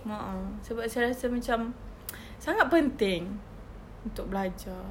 a'ah sebab saya rasa macam sangat penting untuk belajar